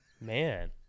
man